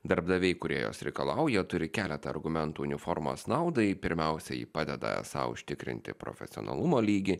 darbdaviai kurie jos reikalauja turi keletą argumentų uniformos naudai pirmiausia ji padeda sau užtikrinti profesionalumo lygį